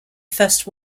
first